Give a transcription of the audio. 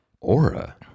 Aura